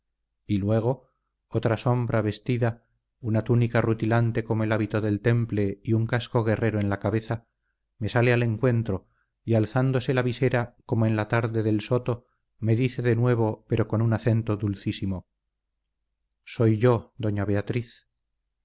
y luego otra sombra vestida una túnica rutilante como el hábito del temple y un casco guerrero en la cabeza me sale al encuentro y alzándose la visera como en la tarde del soto me dice de nuevo pero con un acento dulcísimo soy yo doña beatriz